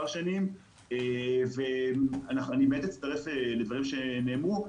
שנים ואני באמת מצטרף לדברים שנאמרו,